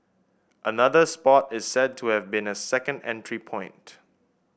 another spot is said to have been a second entry point